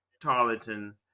Tarleton